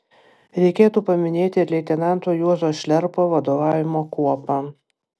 reikėtų paminėti ir leitenanto juozo šliarpo vadovaujamą kuopą